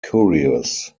curious